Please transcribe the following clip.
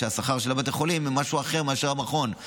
כי השכר של בתי החולים הוא משהו אחר משל המכון.